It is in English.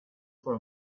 for